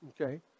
Okay